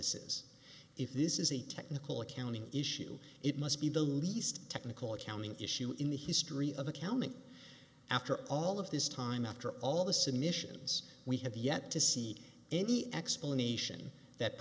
this is if this is a technical accounting issue it must be the least technical accounting issue in the history of accounting after all of this time after all the submissions we have yet to see any explanation that